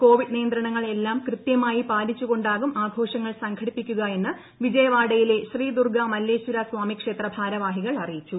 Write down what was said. Covid നിയന്ത്രണങ്ങൾ എല്ലാം കൃത്യമായി സ്പാലിച്ചുകൊണ്ടാകും ആഘോഷങ്ങൾ സംഘടിപ്പിക്കുക എന്ന് വിജയവാഡയിലെ ശ്രീ ദുർഗ മല്ലേശ്വര സ്വാമി ക്ഷേത്ര ഭാരവാഹീകൾ അറിയിച്ചു